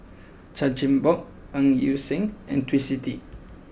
Chan Chin Bock Ng Yi Sheng and Twisstii